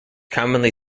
commonly